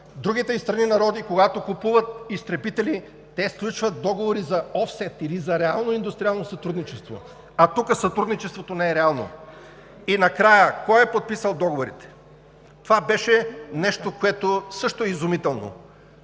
Другите страни и народи, когато купуват изтребители, те сключват договори за offset – или за реално индустриално сътрудничество, а тук сътрудничеството не е реално. Накрая, кой е подписал договорите? Това беше нещо, което също е изумително.